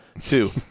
Two